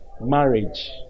Marriage